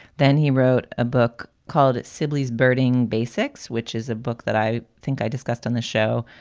then he wrote a book called sibley's birding basics, which is a book that i think i discussed on the show,